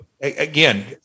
Again